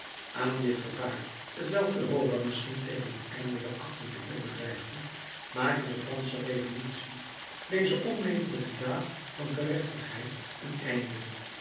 aan dit gevaar t welk europa misschien tegen het einde der achttiende eeuw bedreigde maakte de fransche revolutie deze onmetelijke daad van gerechtigheid een einde